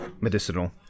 Medicinal